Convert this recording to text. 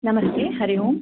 नमस्ते हरिः ओम्